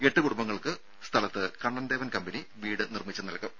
എട്ട് കുടുംബങ്ങൾക്ക് സ്ഥലത്ത് കണ്ണൻ ദേവൻ കമ്പനി വീട് നിർമ്മിച്ച് നൽകും